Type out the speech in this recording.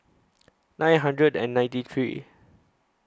nine hundred and ninety three